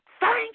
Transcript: Thank